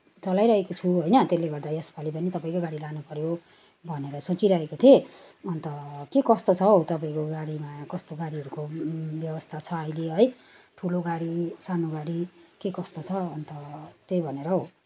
चलाइरहेको छु होइन त्यसले गर्दा यसपालि पनि तपाईँकै गाडी लानुपऱ्यो भनेर सोचिरहेको थिएँ अन्त के कस्तो छ हो तपाईँको गाडीमा कस्तो गाडीहरूको व्यवस्था छ अहिले है ठुलो गाडी सानो गाडी के कस्तो छ अन्त त्यही भनेर हो